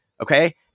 Okay